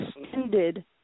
extended